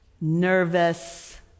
nervous